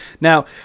now